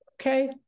Okay